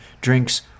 drinks